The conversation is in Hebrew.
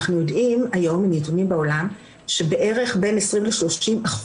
אנחנו יודעים היום מנתונים בעולם שבערך בין 20%-30%